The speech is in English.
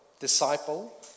Disciple